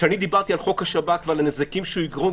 כשאני דיברתי על חוק השב"כ ועל הנזקים שהוא יגרום,